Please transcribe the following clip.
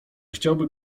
chciałby